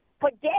forget